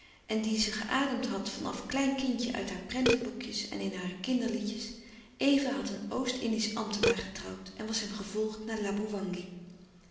en die ze geademd had van af klein kindje uit hare prenteboekjes en in hare kinderliedjes eva had een oost-indisch ambtenaar getrouwd en was hem gevolgd naar